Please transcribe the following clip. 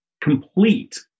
complete